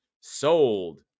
sold